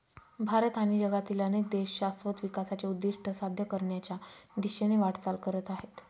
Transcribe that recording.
भारत आणि जगातील अनेक देश शाश्वत विकासाचे उद्दिष्ट साध्य करण्याच्या दिशेने वाटचाल करत आहेत